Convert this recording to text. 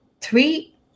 three